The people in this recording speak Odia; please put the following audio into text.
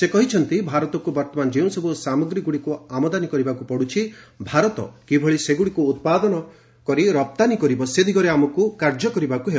ସେ କହିଛନ୍ତି ଭାରତକୁ ବର୍ତ୍ତମାନ ଯେଉଁସବୁ ସାମଗ୍ରୀଗୁଡ଼ିକୁ ଆମଦାନୀ କରିବାକୁ ପଡୁଛି ଭାରତ କିଭଳି ସେଗୁଡ଼ିକୁ ଉତ୍ପାଦନ କରି ରପ୍ତାନୀ କରିବ ସେ ଦିଗରେ ଆମକ୍ କାର୍ଯ୍ୟକରିବାକ୍ ହେବ